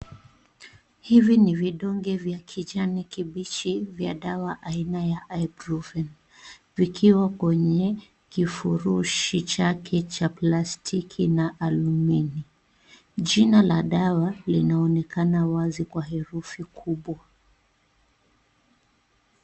Hivi ni vidonge vya kijani kibichi vya dawa aina ya Ibuprofen, vikiwa kwenye kifurushi chake cha plastiki na alumini , jina la dawa linaonekana wazi kwa herufi kubwa.